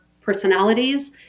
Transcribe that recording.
personalities